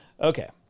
Okay